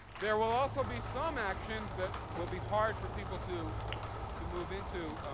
there will also be some actions that will be hard for people to to move into,